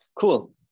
cool